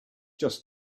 just